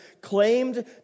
claimed